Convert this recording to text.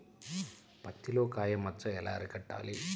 పత్తిలో కాయ మచ్చ ఎలా అరికట్టాలి?